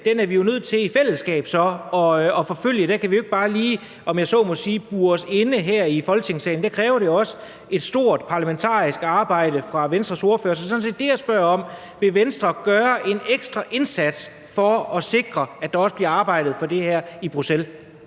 linje er vi så nødt til i fællesskab at forfølge. Der kan vi jo ikke bare lige, om jeg så må sige, bure os inde her i Folketingssalen. Der kræver det jo også et stort parlamentarisk arbejde fra Venstres ordførers side, og det er sådan set det, jeg spørger om. Vil Venstre gøre en ekstra indsats for at sikre, at der også bliver arbejdet for det her i Bruxelles?